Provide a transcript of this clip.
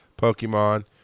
Pokemon